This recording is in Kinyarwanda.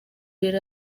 yari